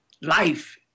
life